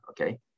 okay